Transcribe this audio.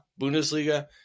Bundesliga